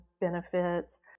benefits